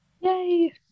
yay